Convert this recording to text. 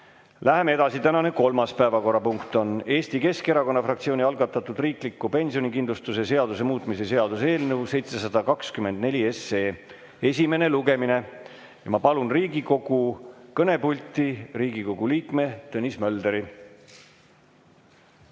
Läheme edasi. Tänane kolmas päevakorrapunkt on Eesti Keskerakonna fraktsiooni algatatud riikliku pensionikindlustuse seaduse muutmise seaduse eelnõu 724 esimene lugemine. Ma palun Riigikogu kõnepulti Riigikogu liikme Tõnis Möldri.